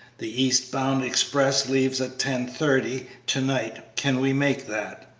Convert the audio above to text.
the east-bound express leaves at ten-thirty to-night can we make that?